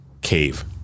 cave